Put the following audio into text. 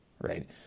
right